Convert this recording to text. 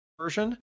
version